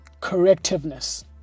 correctiveness